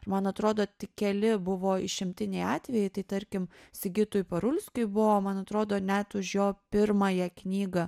man atrodo tik keli buvo išimtiniai atvejai tai tarkim sigitui parulskiui buvo man atrodo net už jo pirmąją knygą